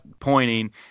pointing